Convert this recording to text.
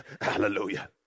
Hallelujah